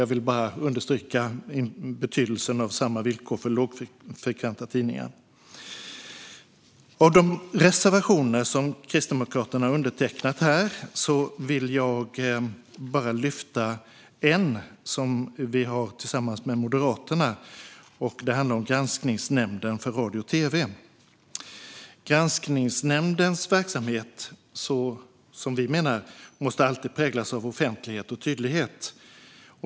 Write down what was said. Jag vill bara understryka betydelsen av samma villkor för lågfrekventa tidningar. Av de reservationer som Kristdemokraterna undertecknat här vill jag lyfta upp en, som vi har tillsammans med Moderaterna. Den handlar om Granskningsnämnden för radio och tv. Vi menar att Granskningsnämndens verksamhet alltid måste präglas av offentlighet och tydlighet.